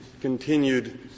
continued